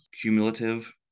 cumulative